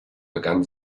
begann